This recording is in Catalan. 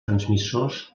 transmissors